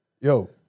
yo